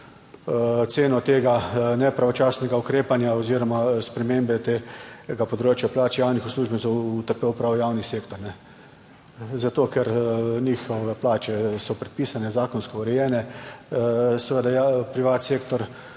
ceno tega ne pravočasnega ukrepanja oziroma spremembe tega področja plač javnih uslužbencev utrpel pravi javni sektor. Zato ker njihove plače so predpisane, zakonsko urejene. Seveda privatni sektor